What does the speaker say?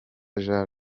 jean